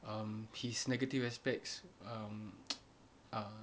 um his negative aspects um err